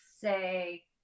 say